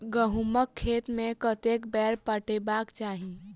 गहुंमक खेत केँ कतेक बेर पटेबाक चाहि?